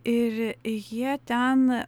ir jie ten